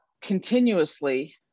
continuously